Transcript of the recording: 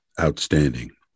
Outstanding